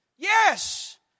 Yes